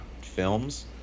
films